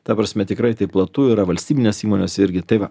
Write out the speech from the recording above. ta prasme tikrai tai platu yra valstybinės įmonės irgi tai va